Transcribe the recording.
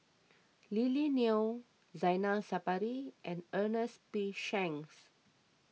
Lily Neo Zainal Sapari and Ernest P Shanks